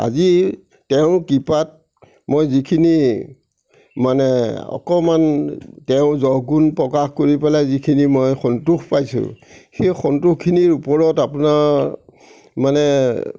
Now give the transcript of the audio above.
আজি তেওঁৰ কৃপাত মই যিখিনি মানে অকণমান তেওঁৰ যশ গুণ প্ৰকাশ কৰি পেলাই যিখিনি মই সন্তোষ পাইছোঁ সেই সন্তোষখিনিৰ ওপৰত আপোনাৰ মানে